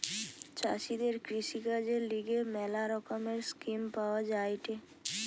চাষীদের কৃষিকাজের লিগে ম্যালা রকমের স্কিম পাওয়া যায়েটে